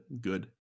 good